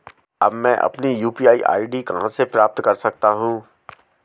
अब मैं अपनी यू.पी.आई आई.डी कहां से प्राप्त कर सकता हूं?